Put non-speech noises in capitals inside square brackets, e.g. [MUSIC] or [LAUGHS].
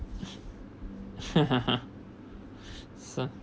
[LAUGHS]